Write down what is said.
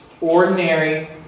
ordinary